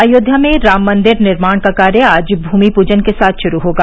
अयोध्या में राम मंदिर निर्माण का कार्य आज भूमि पूजन के साथ शुरू होगा